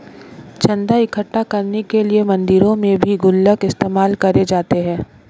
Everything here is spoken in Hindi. चन्दा इकट्ठा करने के लिए मंदिरों में भी गुल्लक इस्तेमाल करे जाते हैं